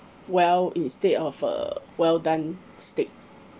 well instead of uh well done steak